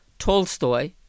Tolstoy